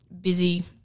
busy